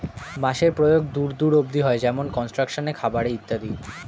বাঁশের প্রয়োগ দূর দূর অব্দি হয়, যেমন কনস্ট্রাকশন এ, খাবার এ ইত্যাদি